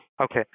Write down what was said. Okay